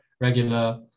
regular